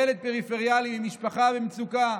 ילד פריפריאלי ממשפחה במצוקה,